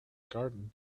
garden